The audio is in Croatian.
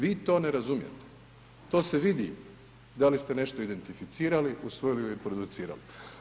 Vi to ne razumijete, to se vidi da li ste nešto identificirali, usvojili i producirali.